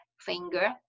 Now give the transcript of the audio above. finger